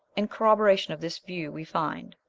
in corroboration of this view we find,